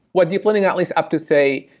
what deep learning at least up to, say,